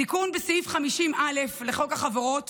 תיקון בסעיף 50א לחוק החברות